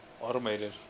automated